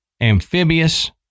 amphibious